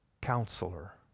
counselor